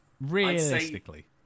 realistically